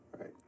Right